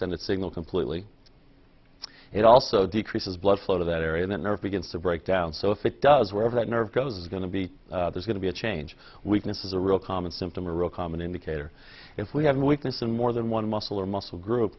send its signal completely it also decreases blood flow to that area that nerve begins to break down so if it does wherever that nerve goes it's going to be there's going to be a change weakness is a real common symptom a real common indicator if we have a weakness in more than one muscle or muscle group